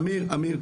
אמיר,